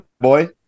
boy